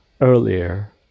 earlier